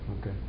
Okay